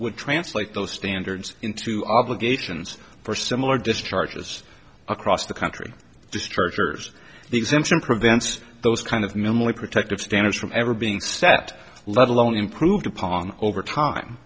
would translate those standards into obligations for similar discharges across the country destructors the exemption prevents those kind of minimally protective standards from ever being stepped let alone improved upon over time